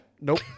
nope